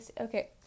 Okay